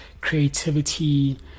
creativity